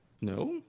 No